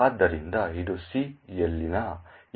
ಆದ್ದರಿಂದ ಇದು C ಯಲ್ಲಿನ ಈ ಹೇಳಿಕೆಗೆ ಕಾರಣವಾಗಿದೆ